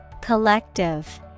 Collective